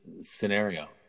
scenario